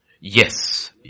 Yes